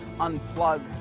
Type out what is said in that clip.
unplug